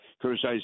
criticize